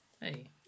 Hey